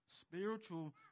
Spiritual